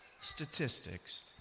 statistics